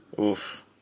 Oof